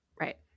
right